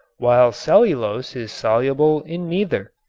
while cellulose is soluble in neither.